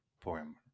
poem